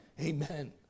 Amen